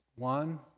One